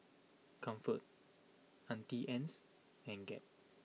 Comfort Auntie Anne's and Gap